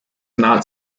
not